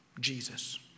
Jesus